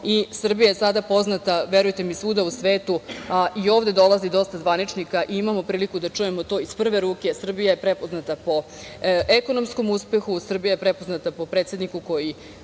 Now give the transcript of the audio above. i Srbija je sada poznata, verujte mi, svuda u svetu, a i ovde dolaze dosta zvaničnika, imamo priliku da čujemo to iz prve ruke, Srbija je prepoznata po ekonomskom uspehu, Srbija je prepoznata po predsedniku koji